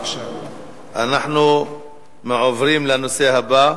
אנחנו עוברים לנושא הבא: